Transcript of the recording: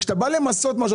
כשאתה בא למסות משהו,